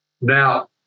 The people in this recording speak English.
Now